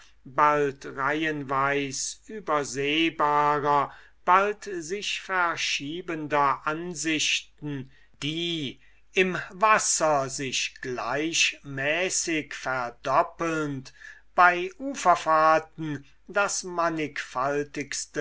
bald reihenweis übersehbarer bald sich verschiebender ansichten die im wasser sich gleichmäßig verdoppelnd bei uferfahrten das mannigfaltigste